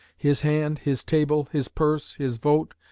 his hand, his table, his purse, his vote,